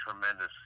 Tremendous